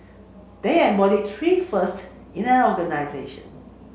they embody three first in an organisation